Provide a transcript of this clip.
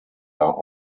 are